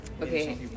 Okay